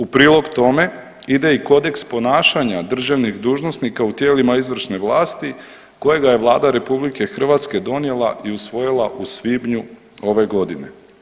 U prilog tome ide i kodeks ponašanja državnih dužnosnika u tijelima izvršne vlasti kojega je Vlada RH donijela i usvojila u svibnju ove godine.